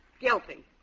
Guilty